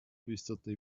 flüsterte